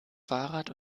fahrrad